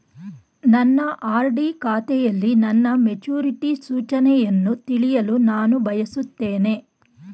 ನನ್ನ ಆರ್.ಡಿ ಖಾತೆಯಲ್ಲಿ ನನ್ನ ಮೆಚುರಿಟಿ ಸೂಚನೆಯನ್ನು ತಿಳಿಯಲು ನಾನು ಬಯಸುತ್ತೇನೆ